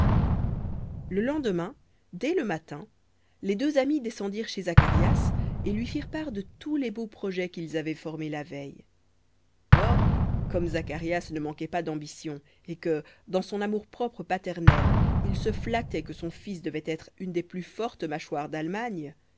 le lendemain dès le matin les deux amis descendirent chez zacharias et lui firent part de tous les beaux projets qu'ils avaient formés la veille or comme zacharias ne manquait pas d'ambition et que dans son amour-propre paternel il se flattait que son fils devait être une des plus fortes mâchoires d'allemagne